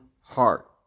heart